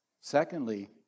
Secondly